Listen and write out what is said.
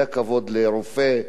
היה כבוד לרופא.